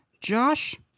Josh